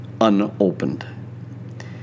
unopened